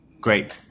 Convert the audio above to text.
Great